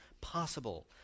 possible